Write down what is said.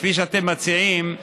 כפי שאתם מציעים,